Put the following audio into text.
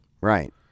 right